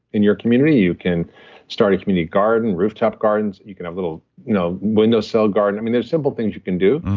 in your community, you can start a community garden rooftop gardens. you can have little you know windowsill garden. i mean, there's simple things you can do.